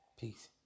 Peace